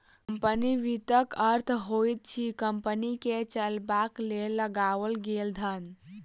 company वित्तक अर्थ होइत अछि कम्पनी के चलयबाक लेल लगाओल गेल धन